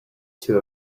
two